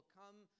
come